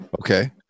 Okay